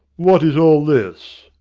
what is all this?